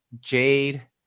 Jade